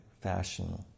fashion